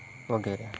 વગેરે